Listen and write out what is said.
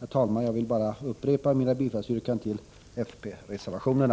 Herr talman! Jag ber att få upprepa mina bifallsyrkanden till fpreservationerna.